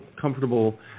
comfortable